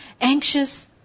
anxious